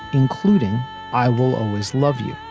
including i will always love you,